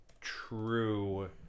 true